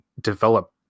develop